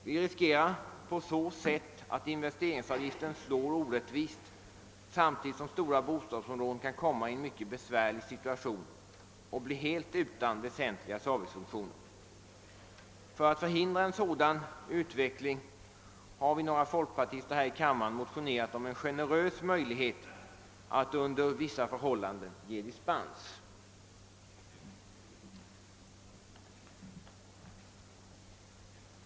Vi riskerar på så sätt att investeringsavgiften slår orättvist samtidigt som stora bostadsområden kan komma i en mycket besvärlig situation och bli helt utan väsentliga servicefunktioner. För att förhindra en sådan utveckling har vi, några folkpartister här i kammaren, motionerat om en generös möjlighet att under vissa förhållanden ge dispens.